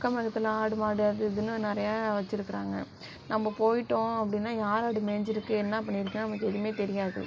அக்கம் பக்கத்தில் ஆடு மாடு அது இதுனு நிறையா வச்சிருக்கிறாங்க நம்ம போயிட்டோம் அப்படினா யார் ஆடு மேய்ஞ்சிருக்கு என்ன பண்ணியிருக்கு நமக்கு எதுமே தெரியாது